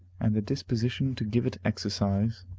and the disposition to give it exercise.